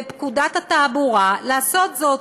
בפקודת התעבורה, לעשות זאת.